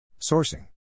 Sourcing